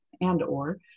and/or